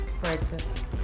Breakfast